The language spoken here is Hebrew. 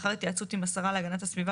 לאחר התייעצות עם השרה להגנת הסביבה